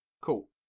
Cool